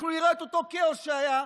אנחנו נראה את אותו כאוס שהיה,